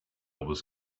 was